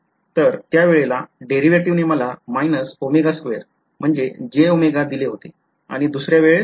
तर त्या वेळेला डेरीवेटीव्हने मला म्हणजे दिले होते आणि दुसऱ्या वेळेस